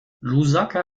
lusaka